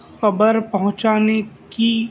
خبر پہنچانے کی